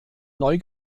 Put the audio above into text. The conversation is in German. neu